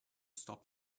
stop